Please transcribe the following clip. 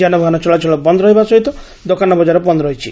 ଯାନବାହନ ଚଳାଚଳ ବନ୍ଦ୍ ରହିବା ସହିତ ଦୋକାନ ବଜାର ବନ୍ଦ୍ ରହିଛି